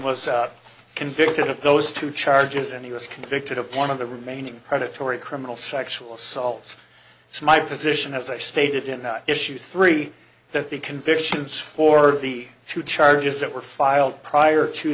was convicted of those two charges and he was convicted of one of the remaining predatory criminal sexual assaults so my position as i stated in that issue three that the convictions for the two charges that were filed prior to